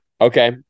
Okay